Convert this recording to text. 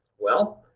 well